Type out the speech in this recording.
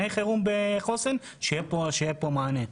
חירום בחוסן לא יגיע ושיינתן מענה.